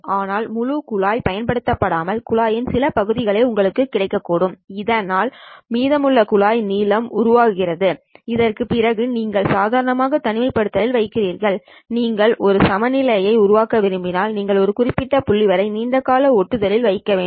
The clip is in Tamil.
ஆனால் முழு குழாய் பயன்படுத்தப்படாமல் குழாயின் சில பகுதிகளே உங்களுக்குக் கிடைக்கக்கூடும் இதனால் மீதமுள்ளகுழாய் நிலை உருவாக்குகிறது இதற்குப் பிறகு நீங்கள் சாதாரணமாக தனிமைப்படுத்தலில் வைக்கிறீர்கள் நீங்கள் ஒரு சமநிலையை உருவாக்க விரும்பினால் நீங்கள் ஒரு குறிப்பிட்ட புள்ளிவரை நீண்ட கால ஒட்டுதலில் வைக்க வேண்டும்